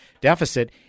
deficit